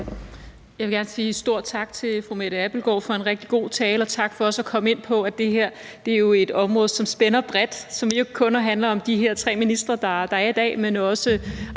Jeg vil gerne sige en stor tak til fru Mette Abildgaard for en rigtig god tale, og også tak for at komme ind på, at det her jo er et område, som spænder vidt, og som jo ikke kun handler om de her tre ministre, der er her i dag, men man